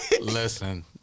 listen